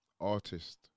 artist